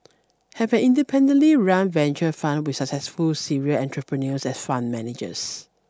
have an independently run venture fund with successful serial entrepreneurs as fund managers